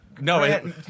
no